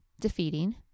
defeating